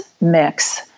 mix